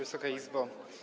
Wysoka Izbo!